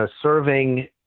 serving